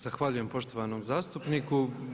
Zahvaljujem poštovanom zastupniku.